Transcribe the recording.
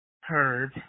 Herb